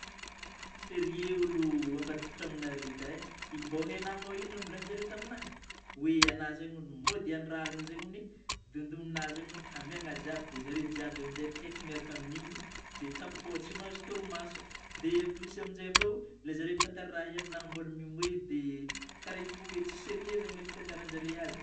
Tsisy rehy ôlo ambadiky tranognare ka eh, mbô haignà mo ino raha novolagninjare taminahy eh: oe agnao zegny hono mody andragno alina zegny ony dondomigna zegny hono tamihagna jiaby de zareo jiaby amin'izay taitry miaraka amin'iny dia tafafôha tsy mahazo torimaso de en plus aminizey kôa ilay zareo mitantara raha taminahy mbôla niomehy dia kara hitako oe tsisy rehy ilay fitantaranjareo azy e!